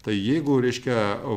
tai jeigu reiškia